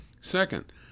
Second